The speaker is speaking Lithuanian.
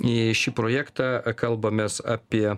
į šį projektą kalbamės apie